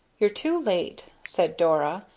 you're too late, said dora,